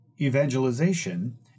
evangelization